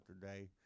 today